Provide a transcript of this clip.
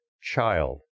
child